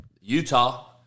Utah